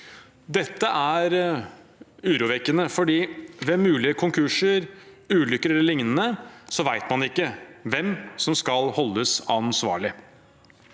Dette er urovekkende, for ved mulige konkurser, ulykker e.l. vet man ikke hvem som skal holdes ansvarlig.